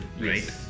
right